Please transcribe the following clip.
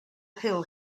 hill